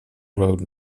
road